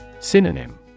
Synonym